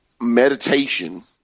meditation